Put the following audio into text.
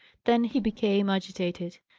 then he became agitated.